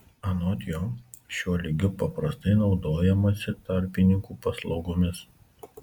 anot jo šiuo lygiu paprastai naudojamasi tarpininkų paslaugomis